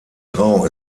grau